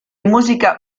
musica